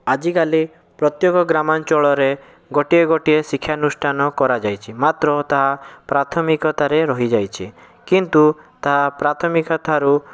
ଆଜିକାଲି ପ୍ରତ୍ୟେକ ଗ୍ରାମାଞ୍ଚଳରେ ଗୋଟିଏ ଗୋଟିଏ ଶିକ୍ଷା ଅନୁଷ୍ଠାନ କରାଯାଇଛି ମାତ୍ର ତାହା ପ୍ରାଥମିକତାରେ ରହି ଯାଇଛି କିନ୍ତୁ ତାହା ପ୍ରାଥମିକଥାରୁ